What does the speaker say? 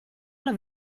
alla